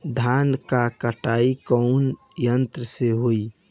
धान क कटाई कउना यंत्र से हो?